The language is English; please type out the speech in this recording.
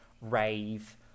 rave